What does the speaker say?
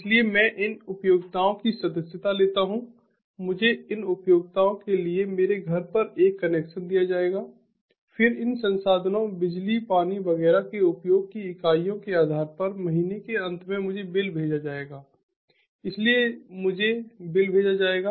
इसलिए मैं इन उपयोगिताओं की सदस्यता लेता हूं मुझे इन उपयोगिताओं के लिए मेरे घर पर एक कनेक्शन दिया जाएगा फिर इन संसाधनों बिजली पानी वगैरह के उपयोग की इकाइयों के आधार पर महीने के अंत में मुझे बिल भेजा जाएगा इसके लिए मुझे बिल भेजा जाएगा